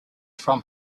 from